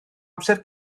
amser